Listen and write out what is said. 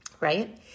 right